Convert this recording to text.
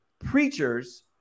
Preachers